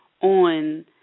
on